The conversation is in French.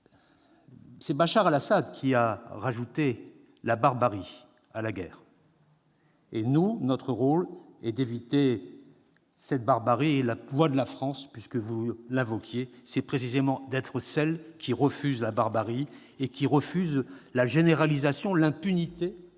c'est Bachar al-Assad qui a ajouté la barbarie à la guerre. Notre rôle est d'éviter cette barbarie, et la voix de la France, puisque vous l'invoquiez, est précisément d'être celle qui refuse la barbarie, la généralisation et l'impunité